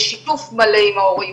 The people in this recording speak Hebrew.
בשיתוף מלא עם ההורים.